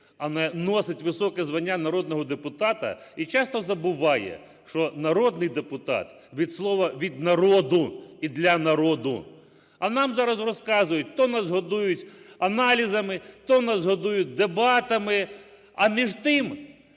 а не носить високе звання народного депутата і часто забуває, що народний депутат від слова… від "народу" і для народу. А нам зараз розказують: то нас "годують" аналізами, то нас "годують" дебатами. А між тим,